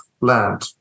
land